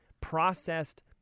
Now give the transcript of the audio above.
Processed